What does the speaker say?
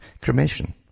cremation